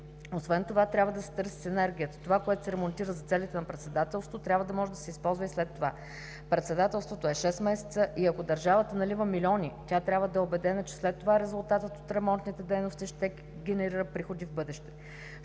Освен това трябва да се търси синергията –това, което се ремонтира за целите на председателството, трябва да може да се използва и след това. Председателството е шест месеца и ако държавата налива милиони, тя трябва да е убедена, че след това резултатът от ремонтните дейности ще генерира приходи в бъдеще.